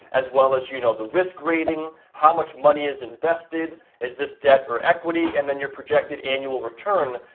as well as you know the risk rating, how much money is invested, is this debt or equity, and then your projected annual return.